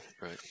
right